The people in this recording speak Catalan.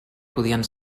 podien